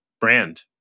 brand